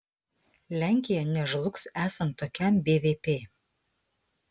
lenkija nežlugs esant tokiam bvp